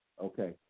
Okay